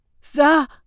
Sir